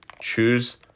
choose